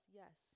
yes